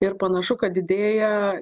ir panašu kad didėja